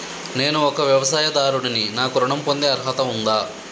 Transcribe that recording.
నేను ఒక వ్యవసాయదారుడిని నాకు ఋణం పొందే అర్హత ఉందా?